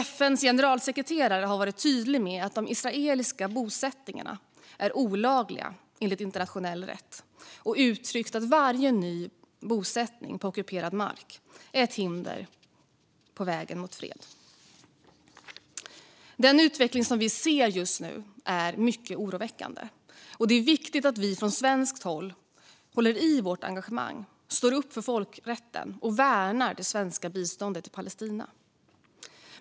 FN:s generalsekreterare har varit tydlig med att de israeliska bosättningarna är olagliga enligt internationell rätt och uttryckt att varje ny bosättning på ockuperad mark är ett hinder på vägen mot fred. Den utveckling som vi just nu ser är mycket oroväckande. Det är viktigt att vi från svenskt håll håller i vårt engagemang, står upp för folkrätten och värnar det svenska biståndet till Palestina.